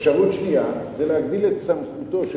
אפשרות שנייה זה להגדיל את סמכותו של